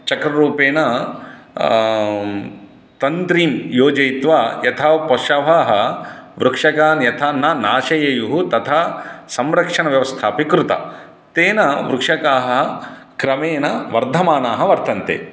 चक्ररूपेण तन्त्रीं योजयित्वा यथा पशवः वृक्षकान् यथा न नाशयेयुः तथा संरक्षणव्यवस्था अपि कृता तेन वृक्षकाः क्रमेण वर्धमानाः वर्तन्ते